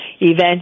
event